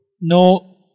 No